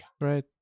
Right